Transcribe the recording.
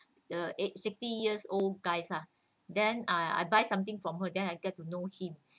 the eight sixty years old guys lah then I I buy something from her then I get to know him